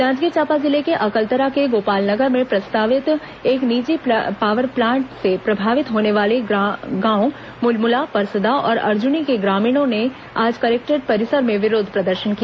जांजगीर चांपा जिले के अकलतरा के गोपाल नगर में प्रस्तावित एक निजी पावर प्लांट से प्रभावित होने वाले गांवों मुलमुला परसदा और अर्जुनी के ग्रामीणों ने आज कलेक्टोरेट परिसर में विरोध प्रदर्शन किया